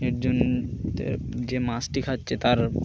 এর জন্য যে মাছটি খাচ্ছে তার